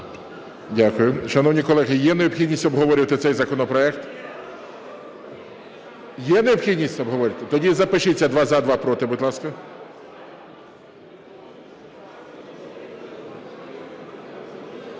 Дякую. Шановні колеги, є необхідність обговорювати цей законопроект? Є необхідність обговорювати, тоді запишіться: два – за, два – проти. Будь ласка.